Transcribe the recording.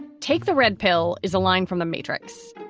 take the red pill is a line from the matrix.